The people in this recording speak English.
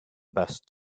best